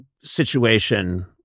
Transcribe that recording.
situation